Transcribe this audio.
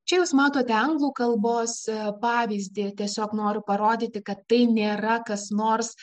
čia jūs matote anglų kalbose pavyzdį tiesiog noriu parodyti kad tai nėra kas nors